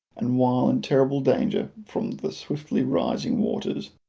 and while in terrible danger from the swiftly-rising waters,